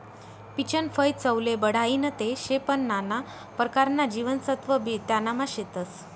पीचनं फय चवले बढाईनं ते शे पन नाना परकारना जीवनसत्वबी त्यानामा शेतस